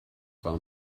war